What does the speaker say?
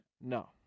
No